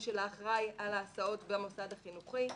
של האחראי על ההסעות במוסד החינוכי".